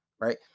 Right